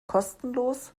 kostenlos